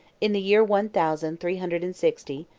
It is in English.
in the year one thousand three hundred and sixty,